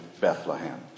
Bethlehem